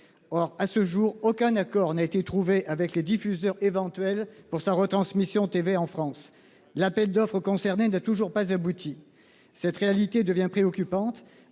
Or à ce jour, aucun accord n'a été trouvé avec les diffuseurs éventuelle pour sa retransmission TV en France, l'appel d'offres concernés n'a toujours pas abouti. Cette réalité devient préoccupante